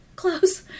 close